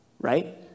right